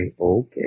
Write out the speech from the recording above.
okay